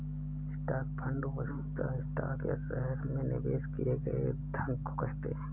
stock fund वस्तुतः stock या शहर में निवेश किए गए धन को कहते हैं